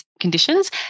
conditions